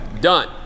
Done